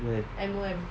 when